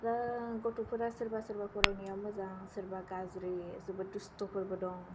गथ'फोरा सोरबा सोरबा फरायनाया मोजां सोरबा गाज्रि जोबोत दुस्थ'फोरबो दं